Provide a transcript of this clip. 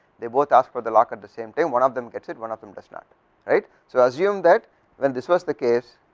they both ask for the lock at the same time, one of them gets it one of them does not right. so, assume that when this was the case